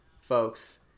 folks